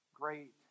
Great